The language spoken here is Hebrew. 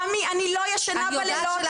תמי, אני לא ישנה בלילות.